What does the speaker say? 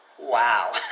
wow